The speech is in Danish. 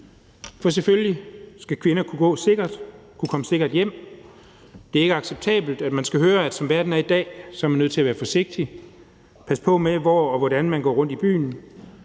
for selvfølgelig skal kvinder kunne færdes sikkert, kunne komme sikkert hjem. Det er ikke acceptabelt, at man skal høre, at som verden er i dag, er man nødt til at være forsigtig og passe på med, hvor og hvordan man går rundt i byen,